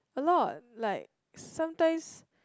a lot like sometimes